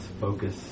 focus